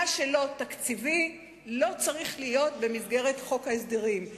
מה שלא תקציבי, לא צריך להיות במסגרת חוק ההסדרים.